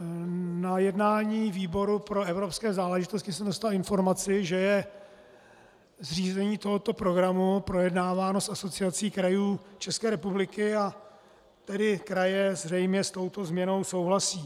Na jednání výboru pro evropské záležitosti jsem dostal informaci, že je zřízení tohoto programu projednáváno s Asociací krajů České republiky, a tedy kraje zřejmě s touto změnou souhlasí.